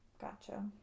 Gotcha